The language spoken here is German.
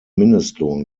mindestlohn